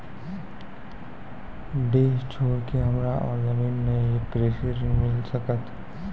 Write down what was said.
डीह छोर के हमरा और जमीन ने ये कृषि ऋण मिल सकत?